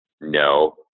no